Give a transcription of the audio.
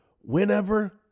Whenever